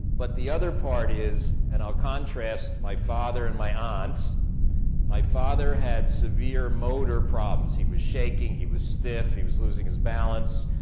but the other part is, and i'll contrast my father and my aunt my father had severe motor problems. he was shaking, he was stiff, he was losing his balance.